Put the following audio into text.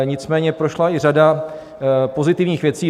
Nicméně prošla i řada pozitivních věcí.